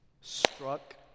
struck